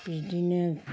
बिदिनो